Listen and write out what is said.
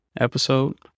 episode